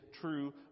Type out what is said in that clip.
true